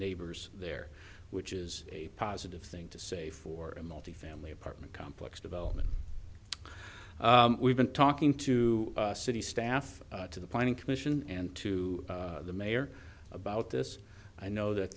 neighbors there which is a positive thing to say for a multifamily apartment complex development we've been talking to city staff to the planning commission and to the mayor about this i know that